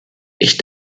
ich